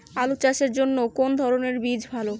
আলু চাষের জন্য কোন ধরণের বীজ ভালো?